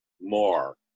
more